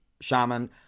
shaman